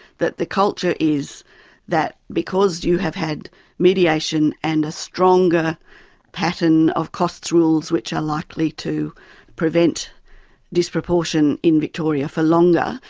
that the culture is that because you have had mediation and a stronger pattern of costs rules which are likely to prevent disproportion in victoria for longer,